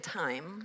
time